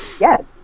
Yes